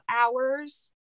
hours